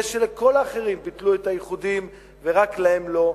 שלכל האחרים ביטלו את האיחודים ורק להם לא,